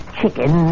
chicken